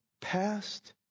past